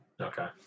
Okay